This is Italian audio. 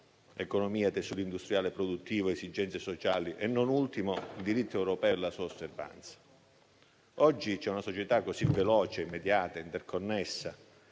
economia, tessuto industriale e produttivo, esigenze sociali e, non ultimo, il diritto europeo e la sua osservanza. Oggi c'è una società veloce, immediata e interconnessa,